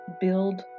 build